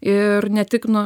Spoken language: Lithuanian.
ir ne tik nu